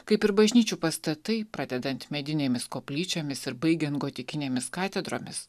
kaip ir bažnyčių pastatai pradedant medinėmis koplyčiomis ir baigiant gotikinėmis katedromis